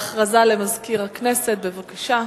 הודעה לסגן מזכירת הכנסת, בבקשה.